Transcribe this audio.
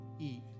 eat